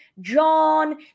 John